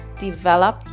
develop